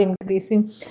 increasing